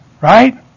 right